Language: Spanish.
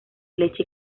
leche